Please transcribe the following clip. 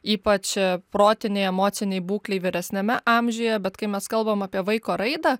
ypač protinei emocinei būklei vyresniame amžiuje bet kai mes kalbam apie vaiko raidą